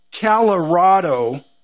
Colorado